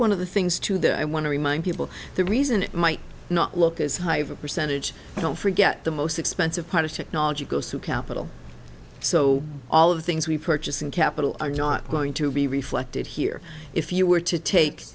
one of the things to do i want to remind people the reason it might not look as high of a percentage don't forget the most expensive part of technology goes to capital so all of the things we purchase in capital are not going to be reflected here if you were to take